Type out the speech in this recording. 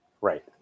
Right